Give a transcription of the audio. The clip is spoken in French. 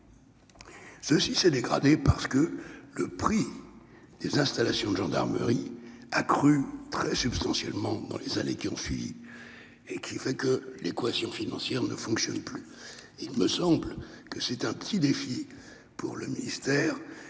s'est dégradé, parce que le prix des installations de gendarmerie a crû très substantiellement dans les années qui ont suivi. Aujourd'hui, l'équation financière ne fonctionne plus. Il me semble que c'est un petit défi pour le ministère